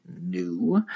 New